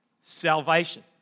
salvation